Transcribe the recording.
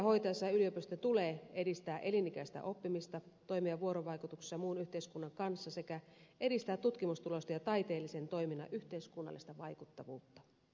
tehtäviään hoitaessaan yliopistojen tulee edistää elinikäistä oppimista toimia vuorovaikutuksessa muun yhteiskunnan kanssa sekä edistää tutkimustulosten ja taiteellisen toiminnan yhteiskunnallista vaikuttavuutta